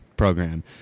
program